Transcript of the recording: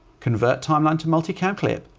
convert timeline to multi-cam clip,